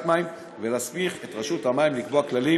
המים ולהסמיך את רשות המים לקבוע כללים